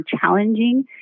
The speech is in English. challenging